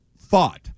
thought